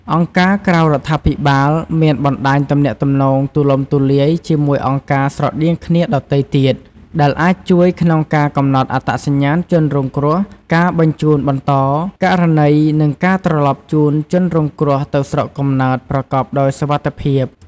អង្គការក្រៅរដ្ឋាភិបាលមានបណ្ដាញទំនាក់ទំនងទូលំទូលាយជាមួយអង្គការស្រដៀងគ្នាដទៃទៀត ដែលអាចជួយក្នុងការកំណត់អត្តសញ្ញាណជនរងគ្រោះ ការបញ្ជូនបន្តករណី និងការត្រឡប់ជូនជនរងគ្រោះទៅស្រុកកំណើតប្រកបដោយសុវត្ថិភាព។